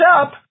up